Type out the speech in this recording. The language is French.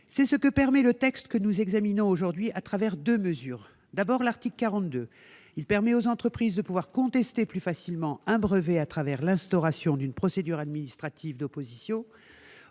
C'est ce que permet le texte que nous examinons aujourd'hui au travers de deux mesures. D'abord, l'article 42 permet aux entreprises de contester plus facilement un brevet avec l'instauration d'une procédure administrative d'opposition